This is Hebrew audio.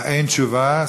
אין תשובה.